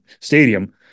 Stadium